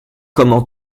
comment